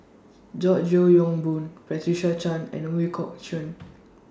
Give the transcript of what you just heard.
George Yeo Yong Boon Patricia Chan and Ooi Kok Chuen